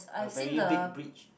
a very big bridge